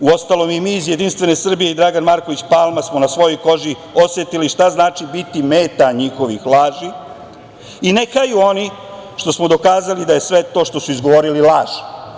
Uostalom, i mi iz JS i Dragan Marković Palma smo na svojoj koži osetili šta znači biti meta njihovih laži i ne haju oni što smo dokazali da je sve to što su izgovorili laž.